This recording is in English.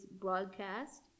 broadcast